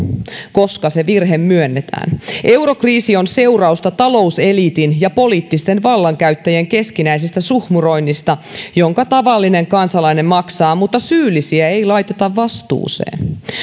koska se virhe myönnetään eurokriisi on seurausta talouseliitin ja poliittisten vallankäyttäjien keskinäisestä suhmuroinnista jonka tavallinen kansalainen maksaa mutta syyllisiä ei laiteta vastuuseen